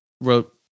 wrote